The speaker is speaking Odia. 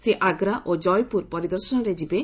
ସେ ଆଗ୍ରା ଓ ଜୟପୁର ପରିଦର୍ଶନରେ ଯିବେ